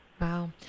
Wow